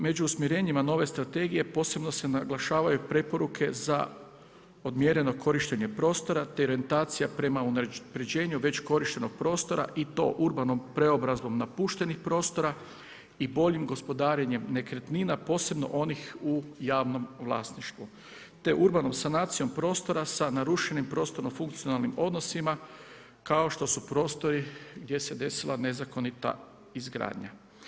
Među usmjerenjima nove strategije posebno se naglašavaju preporuke za odmjereno korištenje prostora te orijentacija prema unapređenju već korištenog prostora i to urbanom preobrazbom napuštenih prostora i boljim gospodarenjem nekretnina posebno onih u javnom vlasništvu te urbanom sanacijom prostora sa narušenim prostorno funkcionalnim odnosima kao što su prostori gdje se desila nezakonita izgradnja.